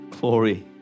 glory